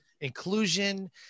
Inclusion